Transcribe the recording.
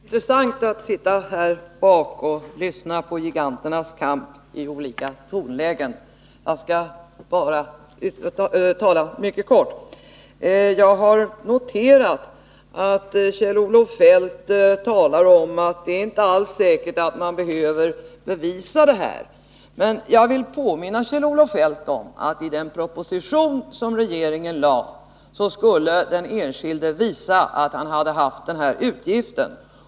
Herr talman! Det är intressant att sitta här och lyssna på giganternas kamp i olika tonlägen. Jag skall tala mycket kort. Jag har noterat att Kjell-Olof Feldt talar om att det inte alls är säkert att man behöver bevisa detta. Jag vill påminna Kjell-Olof Feldt om att den enskilde enligt den proposition som regeringen lade fram skulle visa att han hade haft denna utgift.